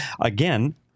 again